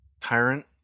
tyrant